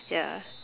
ya